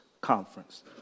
conference